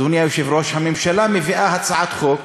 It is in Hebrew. אדוני היושב-ראש, הממשלה הביאה הצעת חוק